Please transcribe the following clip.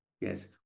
yes